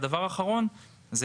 דבר אחרון הוא,